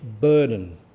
burden